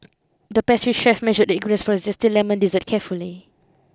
the pastry chef measured the ingredients for a zesty lemon dessert carefully